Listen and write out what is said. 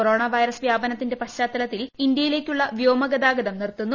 corona virus വ്യാപനത്തിന്റെ പശ്ചാത്തലത്തിൽ ഇന്ത്യയിലേക്കുള്ള വ്യോമഗതാഗതം നിർത്തുന്നു